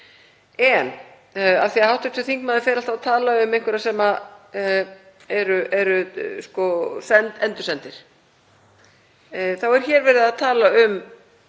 En af því að hv. þingmaður fer alltaf að tala um einhverja sem eru endursendir þá er hér verið að tala um